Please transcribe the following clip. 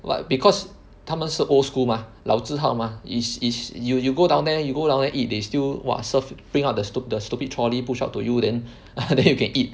but because 它们是 old school mah 老字号 mah is is you you go down there you go down there eat they still !wah! serve bring up the stu~ the stupid trolley push out to you then you can eat